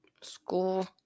school